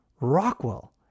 Rockwell